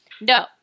No